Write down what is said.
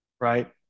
right